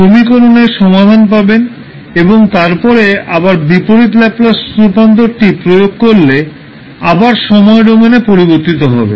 সমীকরণের সমাধান পাবেন এবং তারপরে আবার বিপরীত ল্যাপলাস রূপান্তরটি প্রয়োগ করলে আবার সময় ডোমেনে পরিবর্তিত হবে